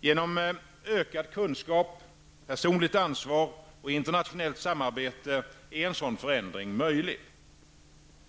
Genom ökad kunskap, personligt ansvar och internationellt samarbete är en sådan förändring möjlig.